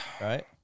right